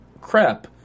crap